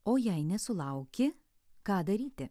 o jei nesulauki ką daryti